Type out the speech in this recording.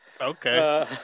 okay